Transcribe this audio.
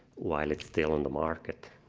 while it's still in the market